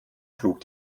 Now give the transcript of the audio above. schlug